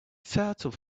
turtle